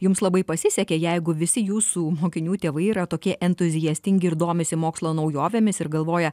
jums labai pasisekė jeigu visi jūsų mokinių tėvai yra tokie entuziastingi ir domisi mokslo naujovėmis ir galvoja